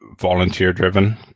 volunteer-driven